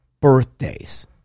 Birthdays